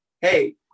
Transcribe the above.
hey